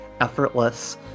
effortless